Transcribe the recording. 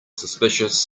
suspicious